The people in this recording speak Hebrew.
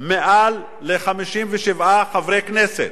יותר מ-57 חברי כנסת,